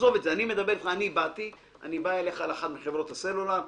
אני בא לאחת מחברות הסלולר,